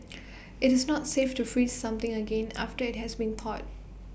IT is not safe to freeze something again after IT has been thawed